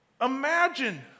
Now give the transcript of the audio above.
Imagine